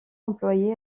employé